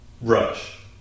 Rush